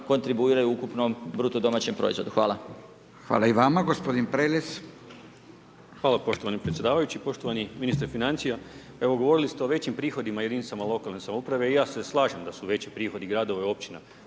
kontribuiraju u ukupnom bruto domaćem proizvodu. Hvala. **Radin, Furio (Nezavisni)** Hvala i vama. Gospodin Prelec. **Prelec, Alen (SDP)** Hvala poštovani predsjedavajući, poštovani ministre financija. Evo govorili ste o većim prihodima jedinicama lokalne samouprave i ja se slažem da su veći prihodi gradova i općina,